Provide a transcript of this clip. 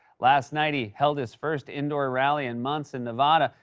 last night, he held his first indoor rally in months in nevada,